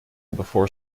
before